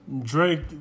Drake